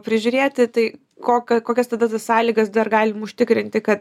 prižiūrėti tai koka kokias tada sąlygas dar galim užtikrinti kad